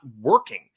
working